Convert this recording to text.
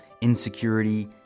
insecurity